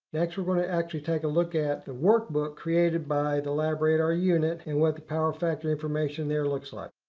next we're going to actually take a look at the workbook created by the labradar unit. and what the power factor information there looks like.